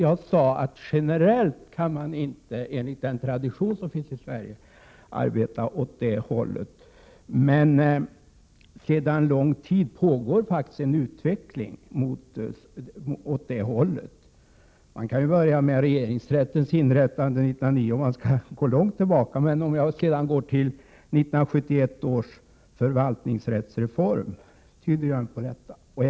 Jag sade att man enligt den tradition som finns i Sverige inte generellt kan arbeta åt det hållet. Men sedan lång tid pågår faktiskt en utveckling åt det hållet. Jag kan ju börja med att nämna regeringsrättens inrättande 1909, om vi skall gå långt tillbaka i tiden. Men även 1971 års förvaltningsrättsreform tyder på detta.